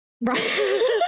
right